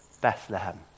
Bethlehem